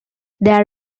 they